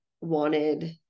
wanted